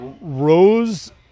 Rose